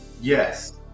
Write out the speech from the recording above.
Yes